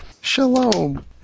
Shalom